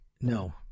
No